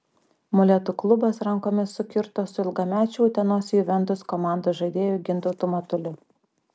molėtų klubas rankomis sukirto su ilgamečiu utenos juventus komandos žaidėju gintautu matuliu